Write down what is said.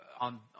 on